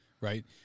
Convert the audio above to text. right